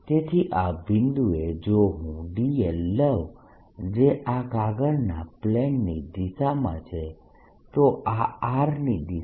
તેથી આ બિંદુએ જો હું dl લઉં જે આ કાગળના પ્લેન ની દિશામાં છે તો આ r ની દિશા છે